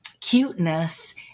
cuteness